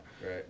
right